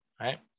Right